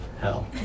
Hell